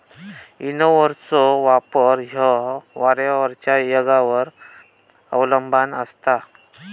विनोव्हरचो वापर ह्यो वाऱ्याच्या येगावर अवलंबान असता